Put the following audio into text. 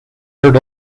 heard